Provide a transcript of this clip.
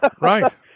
right